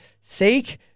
Seek